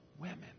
women